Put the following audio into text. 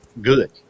good